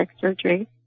surgery